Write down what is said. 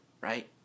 right